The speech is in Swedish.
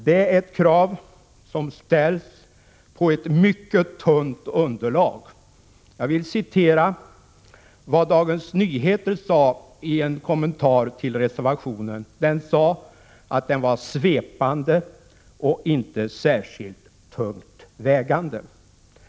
Det är ett krav som ställs på ett mycket tunt underlag. I en kommentar till reservationen skriver Dagens Nyheter att den är svepande och inte särskilt tungt vägande.